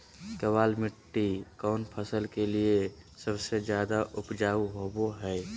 केबाल मिट्टी कौन फसल के लिए सबसे ज्यादा उपजाऊ होबो हय?